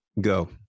go